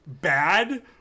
bad